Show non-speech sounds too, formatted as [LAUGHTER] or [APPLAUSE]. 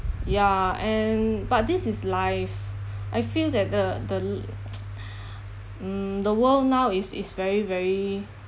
ya and but this is life I feel that the the l~ [NOISE] [BREATH] mm the world now is is very very